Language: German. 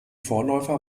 vorläufer